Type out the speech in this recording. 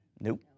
Nope